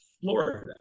Florida